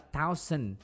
thousand